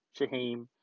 Shaheem